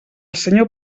senyor